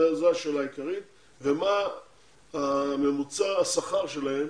זו השאלה העיקרית, ומה ממוצע השכר שלהם